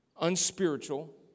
unspiritual